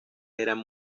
eran